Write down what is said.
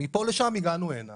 מפה לשם, הגענו הנה